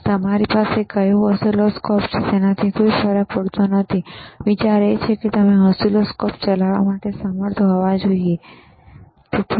અને તમારી પાસે કયા ઓસિલોસ્કોપ છે તેનાથી કોઈ ફરક પડતો નથી વિચાર એ છે કે તમે ઓસિલોસ્કોપ ચલાવવા માટે સમર્થ હોવા જોઈએ બરાબર